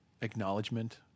acknowledgement